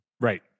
Right